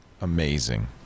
Amazing